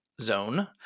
zone